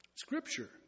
Scripture